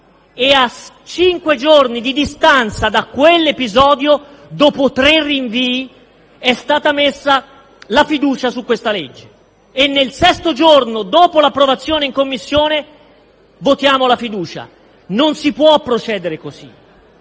a cinque giorni di distanza da quell'episodio, dopo tre rinvii, è stata posta la questione di fiducia su questo decreto-legge; nel sesto giorno, dopo l'approvazione in Commissione, votiamo la fiducia. Non si può procedere così: